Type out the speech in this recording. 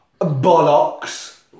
bollocks